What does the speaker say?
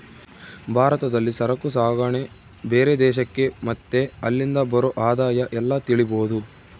ಭಾರತದಲ್ಲಿ ಸರಕು ಸಾಗಣೆ ಬೇರೆ ದೇಶಕ್ಕೆ ಮತ್ತೆ ಅಲ್ಲಿಂದ ಬರೋ ಆದಾಯ ಎಲ್ಲ ತಿಳಿಬೋದು